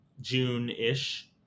June-ish